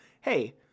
hey